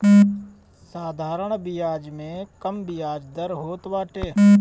साधारण बियाज में कम बियाज दर होत बाटे